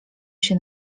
się